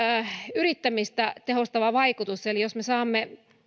yrittämistä tehostava vaikutus eli